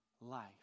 life